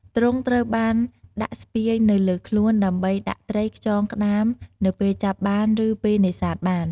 ទ្រុងត្រូវបានដាក់ស្ពាយនៅលើខ្លួន ដើម្បីដាក់ត្រី ខ្យង ក្តាម នៅពេលចាប់បានឬពេលនេសាទបាន។